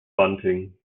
bunting